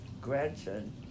grandson